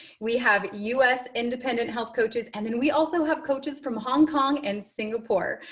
we have u s. independent health coaches. and then we also have coaches from hong kong and singapore.